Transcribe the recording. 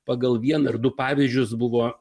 pagal vieną ar du pavyzdžius buvo